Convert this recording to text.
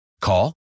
Call